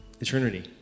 eternity